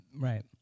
Right